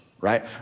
right